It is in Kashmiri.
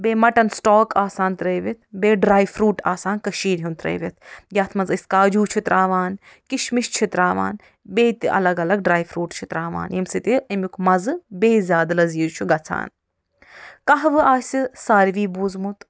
بیٚیہِ مٹن سٕٹاک آسان ترٛٲوِتھ بیٚیہِ ڈرٛاے فرٛوٗٹ آسان کٔشیٖرِ ہُنٛد ترٛٲوِتھ یتھ منٛز أسۍ کاجو چھِ ترٛاوان کِشمِش چھِ ترٛاوان بیٚیہِ تہِ الگ الگ ڈرٛاے فرٛوٗٹ چھِ ترٛاوان ییٚمہِ سۭتۍ یہِ امیُک مزٕ بیٚیہِ زیادٕ لذیٖذ چھُ گژھان کہوٕ آسہِ ساروی بوٗزمُت